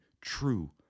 true